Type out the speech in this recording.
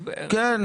כן.